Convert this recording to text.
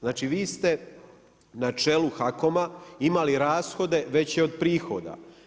Znači vi ste na čelu HAKOM-a imali rashode veće od prihoda.